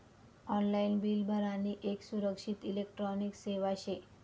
online bill भरानी येक सुरक्षित इलेक्ट्रॉनिक सेवा शे